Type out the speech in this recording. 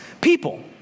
people